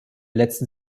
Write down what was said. letzten